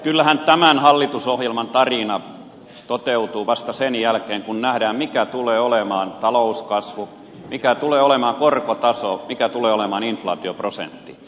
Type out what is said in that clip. kyllähän tämän hallitusohjelman tarina toteutuu vasta sen jälkeen kun nähdään mikä tulee olemaan talouskasvu mikä tulee olemaan korkotaso mikä tulee olemaan inflaatioprosentti